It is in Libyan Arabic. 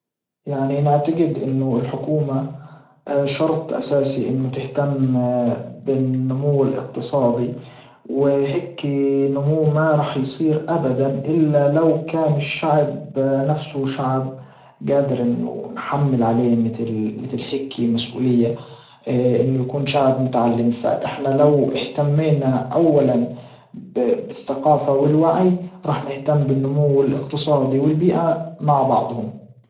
يعني نعتجد انه الحكومة شرط اساسي انه تهتم بالنمو الاقتصادي وهيكي نمو ما رح يصير ابدا الا لو كان الشعب نفسه شعب جادر انه نحمل عليه متل متل هيكي مسؤولية انه يكون شعب متعلم فاحنا لو اهتمينا اولا بالثقافة والوعي راح نهتم بالنمو الاقتصادي والبيئة مع بعضهم.